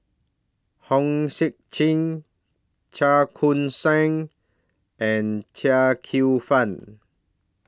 Hong Sek Chern Chua Koon Siong and Chia Kwek Fah